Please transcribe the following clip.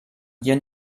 hier